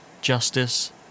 justice